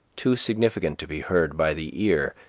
too significant to be heard by the ear,